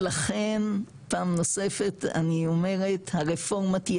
ולכן פעם נוספת אני אומרת,